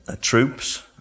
troops